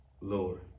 Lord